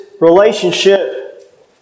relationship